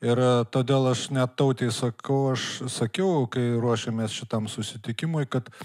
ir todėl aš net tautei sakau aš sakiau kai ruošiamės šitam susitikimui kad